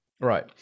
Right